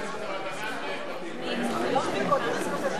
אפשר קדיש דרבנן, וקדימה.